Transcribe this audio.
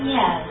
Yes